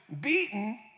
beaten